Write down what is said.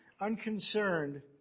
unconcerned